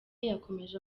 yakomeje